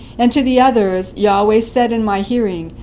and to the others yahweh said in my hearing,